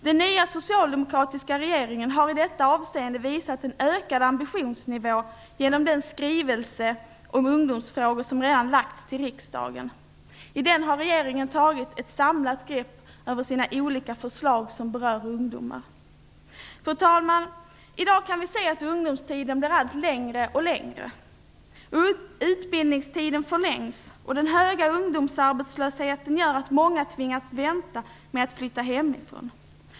Den nya socialdemokratiska regeringen har i detta avseende visat en ökad ambitionsnivå genom den skrivelse om ungdomsfrågor som redan har framlagts för riksdagen. I den har regeringen tagit ett samlat grepp över sina olika förslag som berör ungdomar. Fru talman! I dag kan vi se att ungdomstiden blir allt längre och längre. Utbildningstiden förlängs, och den höga ungdomsarbetslösheten gör att många tvingas vänta med att flytta hemifrån.